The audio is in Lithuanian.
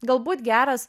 galbūt geras